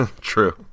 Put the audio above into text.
True